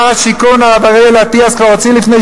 שר השיכון הרב אריאל אטיאס כבר הוציא לפני